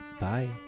Bye